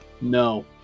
No